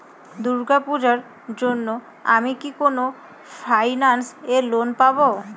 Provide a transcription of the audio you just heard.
দূর্গা পূজোর জন্য আমি কি কোন ফাইন্যান্স এ লোন পাবো?